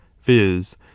viz